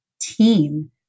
team